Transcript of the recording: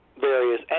various